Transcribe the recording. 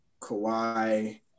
Kawhi